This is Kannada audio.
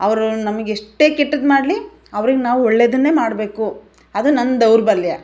ಅವರು ನಮಗೆ ಎಷ್ಟೇ ಕೆಟ್ಟದ್ದು ಮಾಡಲಿ ಅವ್ರಿಗೆ ನಾವು ಒಳ್ಳೆಯದನ್ನೇ ಮಾಡಬೇಕು ಅದು ನಂದು ದೌರ್ಬಲ್ಯ